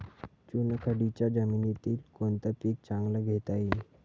चुनखडीच्या जमीनीत कोनतं पीक चांगलं घेता येईन?